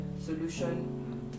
solution